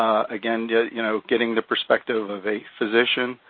again you know, getting the perspective of a physician,